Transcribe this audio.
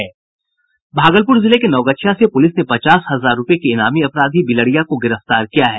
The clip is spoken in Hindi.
भागलपुर जिले के नवगछिया से पुलिस ने पचास हजार रूपये के इनामी अपराधी बिलरिया को गिरफ्तार किया है